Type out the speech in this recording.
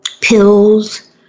pills